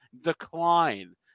decline